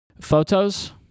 Photos